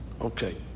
Okay